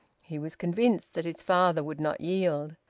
he was convinced that his father would not yield.